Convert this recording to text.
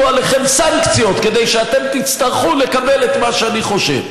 עליכם סנקציות כדי שאתם תצטרכו לקבל את מה שאני חושב.